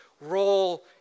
role